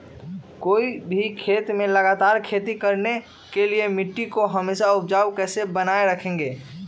कोई भी खेत में लगातार खेती करने के लिए मिट्टी को हमेसा उपजाऊ कैसे बनाय रखेंगे?